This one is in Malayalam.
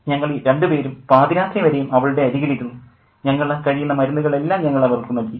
ഞങ്ങൾ രണ്ടുപേരും പാതിരാത്രി വരെയും അവളുടെ അരികിൽ ഇരുന്നു ഞങ്ങളാൽ കഴിയുന്ന മരുന്നുകളെല്ലാം ഞങ്ങൾ അവൾക്ക് നൽകി